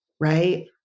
Right